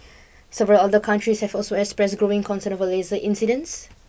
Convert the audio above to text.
several other countries have also expressed growing concern over laser incidents